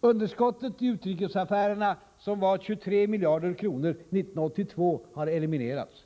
Underskottet i utrikesaffärerna, som var 23 miljarder kronor 1982, har eliminerats.